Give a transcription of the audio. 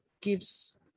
gives